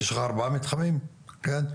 יש לך ארבע מתחמים, כן?